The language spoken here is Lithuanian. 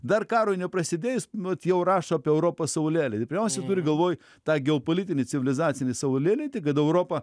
dar karui neprasidėjus mat jau rašo apie europos saulėlydį pirmiausia turi galvoj tą geopolitinį civilizacinį saulėlydį kad europa